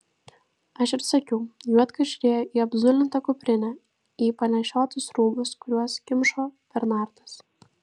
aš ir sakiau juodka žiūrėjo į apzulintą kuprinę į panešiotus rūbus kuriuos kimšo bernardas